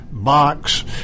box